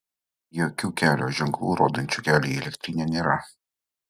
jokių kelio ženklų rodančių kelią į elektrinę nėra